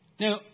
Now